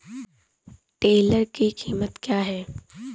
Tiller की कीमत क्या है?